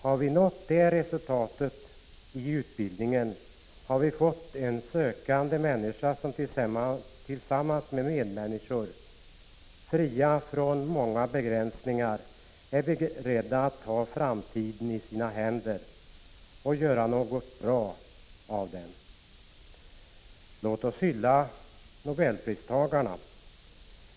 Har vi nått det resultatet i utbildningen så har vi fått en sökande människa som tillsammans med medmänniskor, fri från många begränsningar är beredd att ta framtiden i sina händer och göra något bra av den. 15 Låt oss hylla nobelpristagarna.